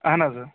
اہن حظ